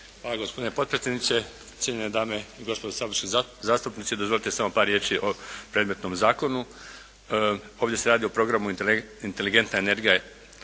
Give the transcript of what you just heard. Hvala gospodine potpredsjedniče, cijenjene dame i gospodo saborski zastupnici. Dozvolite samo par riječi o predmetnom zakonu. Ovdje se radi o Programu "Inteligentna energija